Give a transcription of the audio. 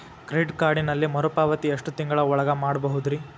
Credit ಕಾರ್ಡಿನಲ್ಲಿ ಮರುಪಾವತಿ ಎಷ್ಟು ತಿಂಗಳ ಒಳಗ ಮಾಡಬಹುದ್ರಿ?